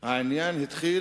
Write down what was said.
העניין התחיל